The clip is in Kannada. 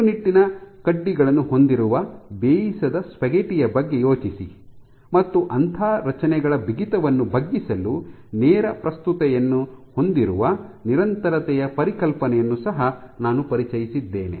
ಕಟ್ಟುನಿಟ್ಟಿನ ಕಡ್ಡಿಗಳನ್ನು ಹೊಂದಿರುವ ಬೇಯಿಸದ ಸ್ಪಾಗೆಟ್ಟಿ ಯ ಬಗ್ಗೆ ಯೋಚಿಸಿ ಮತ್ತು ಅಂತಹ ರಚನೆಗಳ ಬಿಗಿತವನ್ನು ಬಗ್ಗಿಸಲು ನೇರ ಪ್ರಸ್ತುತತೆಯನ್ನು ಹೊಂದಿರುವ ನಿರಂತರತೆಯ ಪರಿಕಲ್ಪನೆಯನ್ನು ಸಹ ನಾನು ಪರಿಚಯಿಸಿದ್ದೇನೆ